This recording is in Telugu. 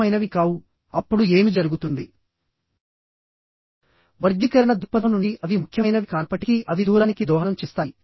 ఇంకా మూడు ఫెయిల్యూర్ కేసెస్ ఉన్నాయి అవి 1 2 4 5 6 1 2 5 61 2 4 7